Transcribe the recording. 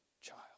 child